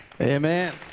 Amen